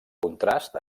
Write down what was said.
contrast